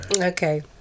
Okay